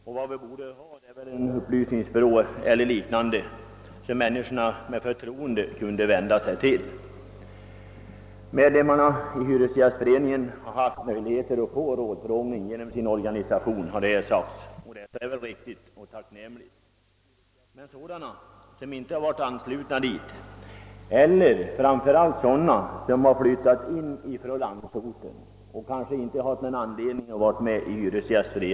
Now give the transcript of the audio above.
Det borde finnas någon form av upplysningsbyrå dit människor med förtroende kunde vända sig. Det framhålles i svaret att medlemmar i hyresgästförening haft möjlighet till rådfrågning genom sin organisation. Det är riktigt och tacknämligt. Detta gäller emellertid inte sådana som inte varit anslutna till hyresgästförening eller sådana som flyttat in från landsorten och som därför inte haft anledning att vara medlemmar.